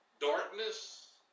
darkness